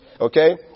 Okay